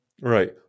Right